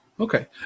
Okay